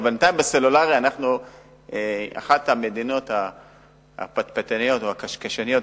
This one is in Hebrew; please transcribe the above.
אבל בינתיים בסלולרי אנחנו אחת המדינות הפטפטניות או הקשקשניות,